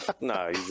No